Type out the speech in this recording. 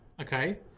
okay